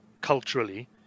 culturally